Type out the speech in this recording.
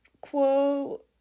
quote